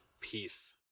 Peace